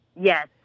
Yes